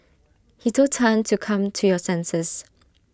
he told Tan to come to your senses